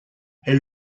elle